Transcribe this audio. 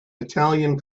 italian